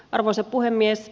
arvoisa puhemies